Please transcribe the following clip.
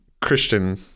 Christian